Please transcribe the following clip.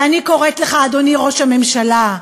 ואני קוראת לך, אדוני ראש הממשלה,